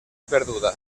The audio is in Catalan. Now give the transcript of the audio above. perduda